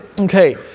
Okay